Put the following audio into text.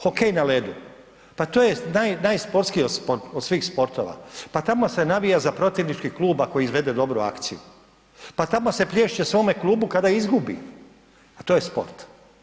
Hokej na ledu, pa to je najsportskiji od svih sportova, pa tamo se navija za protivnički klub ako izvede dobro akciju, pa tamo se plješće svome klubu kada izgubi, a to je sport.